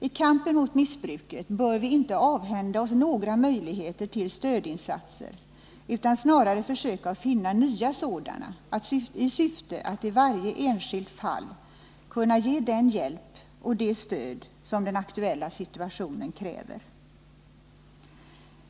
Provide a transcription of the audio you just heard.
I kampen mot missbruket bör vi inte avhända oss några möjligheter till stödinsatser utan snarare försöka finna nya sådana i syfte att i varje enskilt fall kunna ge den hjälp och det stöd som den aktuella situationen kräver.